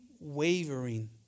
wavering